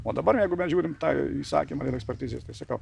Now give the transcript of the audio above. o dabar jeigu mes žiūrim tą įsakymą dėl ekspertizės tai sakau